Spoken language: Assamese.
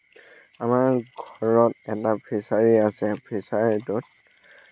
আমাৰ ঘৰত এটা ফিছাৰী আছে ফিছাৰীটোত